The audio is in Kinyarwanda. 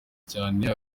cyane